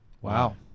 Wow